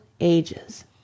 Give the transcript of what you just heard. Ages